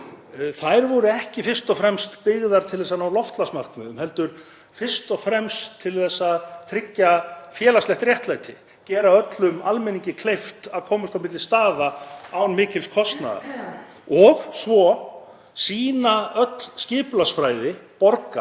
ár voru ekki fyrst og fremst byggðar til að ná loftslagsmarkmiðum heldur til að tryggja félagslegt réttlæti, gera öllum almenningi kleift að komast á milli staða án mikils kostnaðar. Öll skipulagsfræði borga